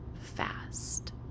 fast